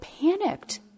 panicked